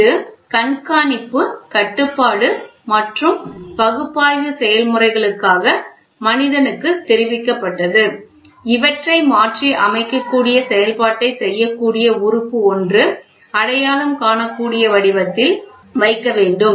இது கண்காணிப்பு கட்டுப்பாடு மற்றும் பகுப்பாய்வு செயல்முறைகளுக்காக மனிதனுக்குத் தெரிவிக்கப்பட்டது இவற்றை மாற்றி அமைக்கக்கூடிய செயல்பாட்டை செய்யக்கூடிய உறுப்பு ஒன்று அடையாளம் காணக்கூடிய வடிவத்தில் வைக்க வேண்டும்